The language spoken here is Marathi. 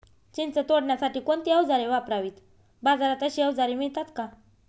चिंच तोडण्यासाठी कोणती औजारे वापरावीत? बाजारात अशी औजारे मिळतात का?